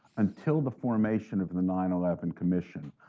until the formation of the nine eleven commission,